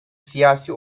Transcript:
siyasi